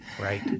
right